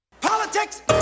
Politics